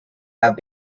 have